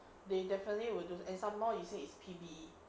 they definitely will do some more you say is P_B_E